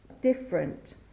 different